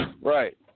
Right